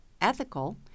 ethical